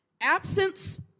absence